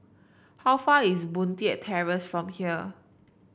how far away is Boon Leat Terrace from here